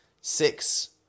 Six